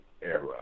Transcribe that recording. era